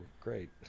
great